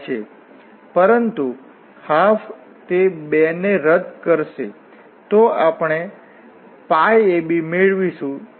અને પછી dy આપણે અહીંથી તે dybcos θ dθ મેળવી શકીએ તો પછી આપણી પાસે y ybsin અને dx મેળવી શકાય છે આપણે મેળવીશું